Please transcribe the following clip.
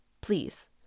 please